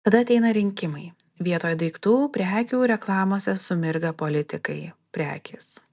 tada ateina rinkimai vietoj daiktų prekių reklamose sumirga politikai prekės